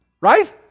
Right